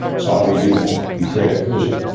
so how do you do that? you create occlusion.